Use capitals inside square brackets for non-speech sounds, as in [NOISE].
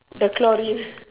the chlorine [NOISE]